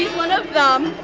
one of them.